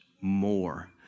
more